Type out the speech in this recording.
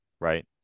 right